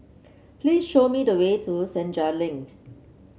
please show me the way to Senja Link